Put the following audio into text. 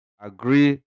agree